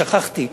שכחתי.